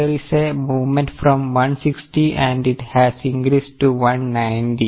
See there is a movement from 160 it has increased to 190